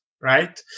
right